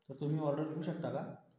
तर तुम्ही ऑर्डर घेऊ शकता का